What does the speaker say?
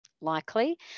likely